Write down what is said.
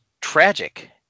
tragic